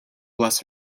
bless